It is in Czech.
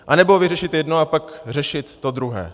Anebo vyřešit jedno a pak řešit to druhé?